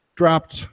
dropped